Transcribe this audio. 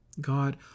God